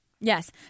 Yes